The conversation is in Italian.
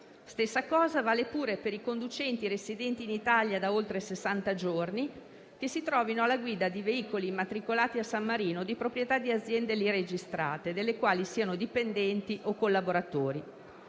stessa cosa vale pure per i conducenti residenti in Italia da oltre sessanta giorni, che si trovino alla guida di veicoli immatricolati a San Marino di proprietà di aziende lì registrate, delle quali siano dipendenti o collaboratori.